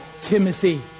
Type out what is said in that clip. Timothy